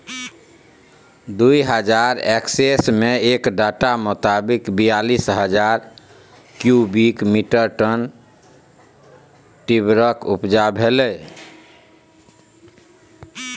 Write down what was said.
दु हजार एक्कैस मे एक डाटा मोताबिक बीयालीस हजार क्युबिक मीटर टन टिंबरक उपजा भेलै